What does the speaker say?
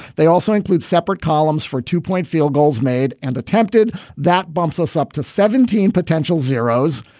they also include separate columns for two point field goals made and attempted that bumps us up to seventeen potential zeros,